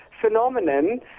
phenomenon